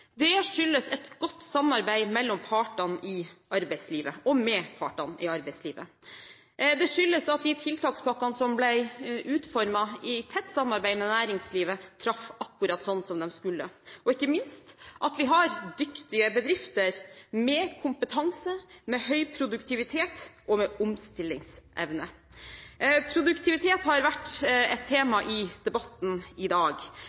Det skyldes et godt samarbeid mellom partene i arbeidslivet, og med partene i arbeidslivet. Det skyldes at de tiltakspakkene som ble utformet i tett samarbeid med næringslivet, traff akkurat slik de skulle, og ikke minst at vi har dyktige bedrifter med kompetanse, med høy produktivitet og med omstillingsevne. Produktivitet har vært et tema i debatten i dag.